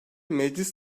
meclis